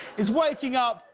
is waking up,